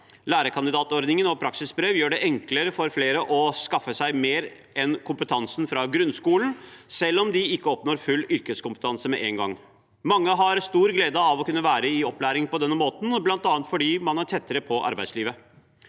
Lærekandidatordningen og praksisbrev gjør det enklere for flere å skaffe seg mer enn kompetansen fra grunnskolen, selv om de ikke oppnår full yrkeskompetanse med en gang. Mange har stor glede av å kunne være i opplæring på denne måten, bl.a. fordi man er tettere på arbeidslivet.